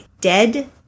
dead